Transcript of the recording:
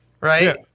right